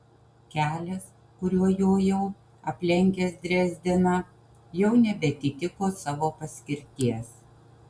kelias kuriuo jojau aplenkęs drezdeną jau nebeatitiko savo paskirties